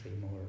more